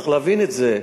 צריך להבין את זה.